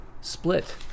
Split